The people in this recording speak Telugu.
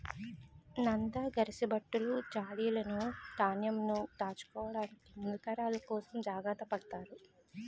నంద, గరిసబుట్టలు, జాడీలును ధాన్యంను దాచుకోవడానికి ముందు తరాల కోసం జాగ్రత్త పడతారు